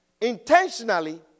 intentionally